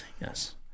yes